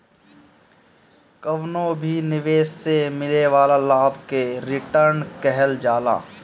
कवनो भी निवेश से मिले वाला लाभ के रिटर्न कहल जाला